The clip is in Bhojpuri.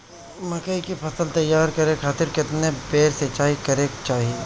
मकई के फसल तैयार करे खातीर केतना बेर सिचाई करे के चाही?